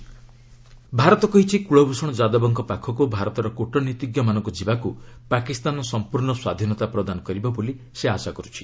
MEA Yadav Pak Bharat କହିଛି କୁଳଭୂଷଣ ଯାଦବଙ୍କ ପାଖକୁ ଭାରତର କୂଟନୀତିଜ୍ଞମାନଙ୍କୁ ଯିବାକୁ ପାକିସ୍ତାନ ସମ୍ପର୍ଣ୍ଣ ସ୍ୱାଧୀନତା ପ୍ରଦାନ କରିବ ବୋଲି ସେ ଆଶା କରୁଛି